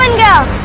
um go